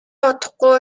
удахгүй